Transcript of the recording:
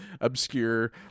obscure